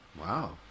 Wow